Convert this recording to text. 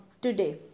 today